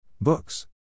Books